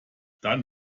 dann